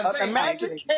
Imagine